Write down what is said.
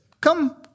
come